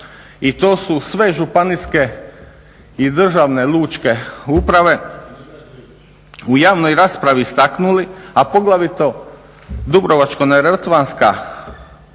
i to su sve županijske i državne lučke uprave u javnoj raspravi istaknuli, a poglavito Dubrovačko-neretvanska